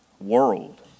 world